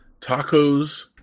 tacos